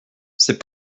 c’est